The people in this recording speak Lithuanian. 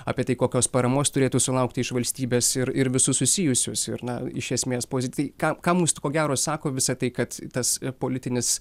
apie tai kokios paramos turėtų sulaukti iš valstybės ir ir visus susijusius ir na iš esmės pozity ką ką mums ko gero sako visa tai kad tas politinis